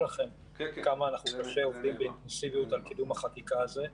לכם כמה אנחנו עובדים באינטנסיביות על קידום החקיקה הזאת -- כן,